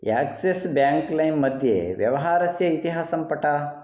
Axis bank लैम् मध्ये व्यवहारस्य इतिहासं पठ